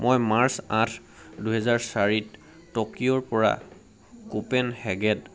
মই মাৰ্চ আঠ দুহেজাৰ চাৰিত টকিঅ'ৰপৰা কোপেনহেগেন